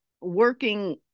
working